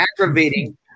aggravating